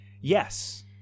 Yes